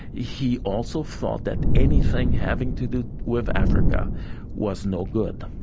he also thought that anything having to do with africa was no good,